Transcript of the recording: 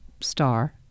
star